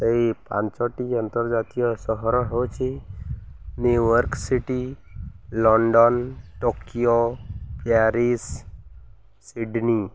ସେଇ ପାଞ୍ଚଟି ଅନ୍ତର୍ଜାତୀୟ ସହର ହେଉଛି New York city London Tokyo Paris Sydney